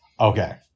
okay